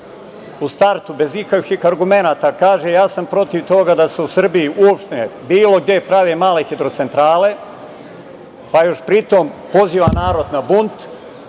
u startu bez ikakvih argumenata kaže - ja sam protiv toga da se u Srbiji uopšte bilo gde prave male hidrocentrale, pa još pri tom poziva narod na bunt,